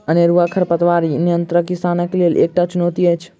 अनेरूआ खरपातक नियंत्रण किसानक लेल एकटा चुनौती अछि